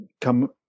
come